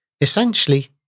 Essentially